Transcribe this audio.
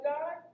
God